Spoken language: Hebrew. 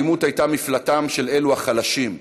האלימות הייתה מפלטם של אלו החלשים,